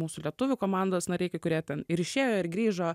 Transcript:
mūsų lietuvių komandos nariai kurie ten ir išėjo ir grįžo